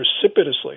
precipitously